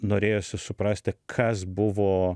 norėjosi suprasti kas buvo